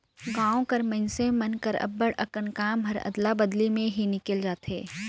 गाँव कर मइनसे मन कर अब्बड़ अकन काम हर अदला बदली में ही निकेल जाथे